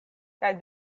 kaj